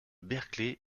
berkeley